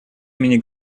имени